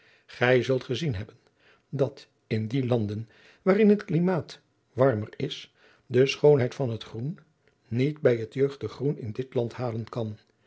gij zult gezien hebben dat in die landen waarin het klimaat wartner is de schoonheid van het groen niet bij het jeugdig groen in dit land halen kan